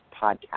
podcast